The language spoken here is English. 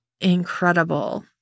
incredible